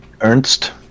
Ernst